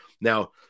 Now